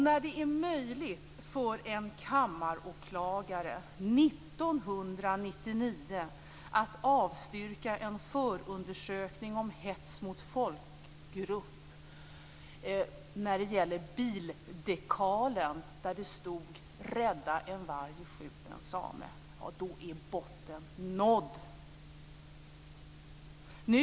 När det är möjligt för en kammaråklagare 1999 att avstyrka en förundersökning om hets mot folkgrupp när det gäller en bildekal där det stod Rädda en varg - skjut en same, ja, då är botten nådd.